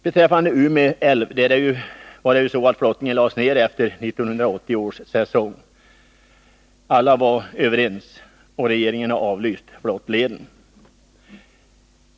Beträffande Ume älv lades flottningen där ned efter 1980 års säsong. Alla var överens, och regeringen har avlyst flottleden.